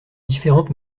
différentes